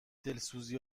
دلسوزی